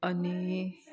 અને